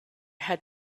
had